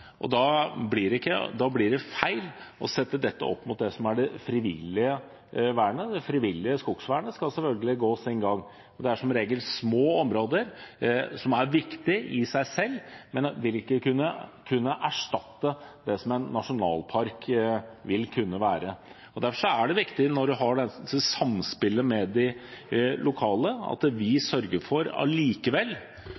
og da blir det feil å sette dette opp mot det som er det frivillige vernet. Det frivillige skogvernet skal selvfølgelig gå sin gang. Og det er som regel små områder, som er viktige i seg selv, men de vil ikke kunne erstatte det som en nasjonalpark vil kunne være. Derfor er det viktig når en har dette samspillet med de lokale – og da blir jo ansvaret i de fylkesvise gjennomgangene – at vi sørger for at vi